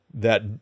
that-